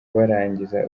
barangiza